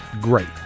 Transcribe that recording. Great